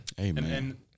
Amen